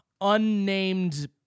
unnamed